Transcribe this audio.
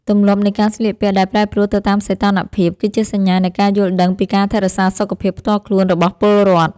ទម្លាប់នៃការស្លៀកពាក់ដែលប្រែប្រួលទៅតាមសីតុណ្ហភាព គឺជាសញ្ញានៃការយល់ដឹងពីការថែរក្សាសុខភាពផ្ទាល់ខ្លួនរបស់ពលរដ្ឋ។